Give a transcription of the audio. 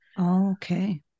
Okay